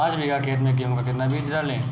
पाँच बीघा खेत में गेहूँ का कितना बीज डालें?